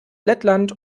lettland